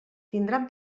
tindran